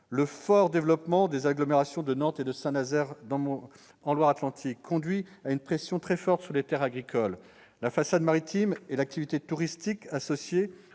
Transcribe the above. le fort développement des agglomérations de Nantes et de Saint-Nazaire conduit à une pression très forte sur les terres agricoles. La façade maritime et l'activité touristique associée